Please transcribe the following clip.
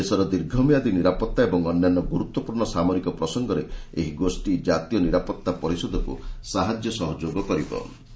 ଦେଶର ଦୀର୍ଘମିଆଦୀ ନିରାପତ୍ତା ଓ ଅନ୍ୟାନ୍ୟ ଗୁରୁତ୍ୱପୂର୍ଣ୍ଣ ସାମରିକ ପ୍ରସଙ୍ଗରେ ଏହି ଗୋଷୀ ଜାତୀୟ ନିରାପତ୍ତା ପରିଷଦକୁ ସାହାଯ୍ୟ ସହଯୋଗ କରିବେ